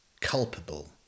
culpable